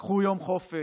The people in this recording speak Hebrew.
לקחו יום חופש,